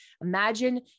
Imagine